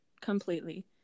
completely